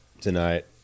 tonight